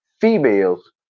females